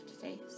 face